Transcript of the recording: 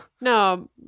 No